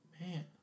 man